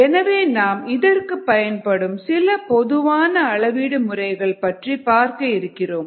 எனவே நாம் இதற்குப் பயன்படும் சில பொதுவான அளவீடு முறைகள் பற்றி பார்க்க போகிறோம்